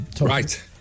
Right